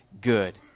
good